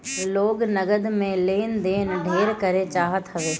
लोग नगद में लेन देन ढेर करे चाहत हवे